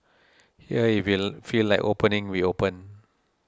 here if we feel like opening we open